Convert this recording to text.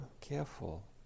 careful